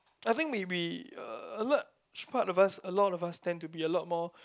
I think we we uh a large part of us a lot of us tend to be a lot more